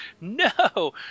No